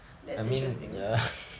that's interesting